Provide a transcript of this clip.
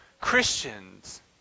Christians